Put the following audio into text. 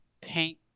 paint